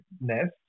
NEST